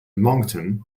moncton